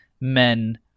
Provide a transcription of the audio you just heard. men